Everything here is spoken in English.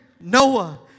Noah